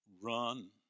run